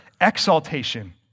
exaltation